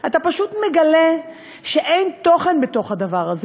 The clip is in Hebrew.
אתה פשוט מגלה שאין תוכן בתוך הדבר הזה.